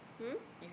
hmm